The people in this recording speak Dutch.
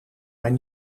mijn